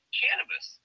cannabis